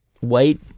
white